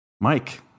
Mike